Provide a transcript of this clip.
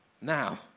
now